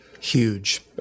Huge